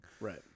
Right